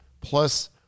plus